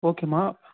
ஓகேம்மா